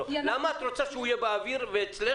למה את רוצה שהוא יהיה באוויר ואצלך